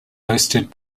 hosted